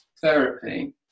therapy